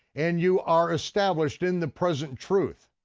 and you are established in the present truth.